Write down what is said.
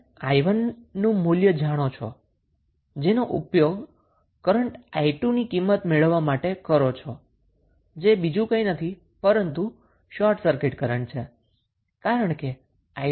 હવે તમે 𝑖1 નું મૂલ્ય જાણો છો જેનો તમે ઉપયોગ કરન્ટ 𝑖2 ની કિંમત મેળવાવા માટે કરો છો જે બીજું કંઈ નથી પરંતુ શોર્ટ સર્કિટ કરન્ટ છે